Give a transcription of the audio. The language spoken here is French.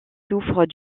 souffrent